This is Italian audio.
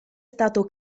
stato